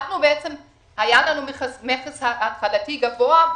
היה לנו מכס התחלתי גבוה.